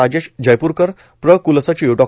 राजेश जयप्रकर प्र क्लसचिव डॉ